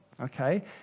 okay